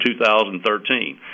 2013